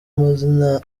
amazina